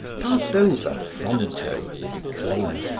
passed over fronto, the declaimer,